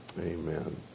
Amen